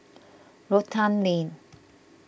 Rotan Lane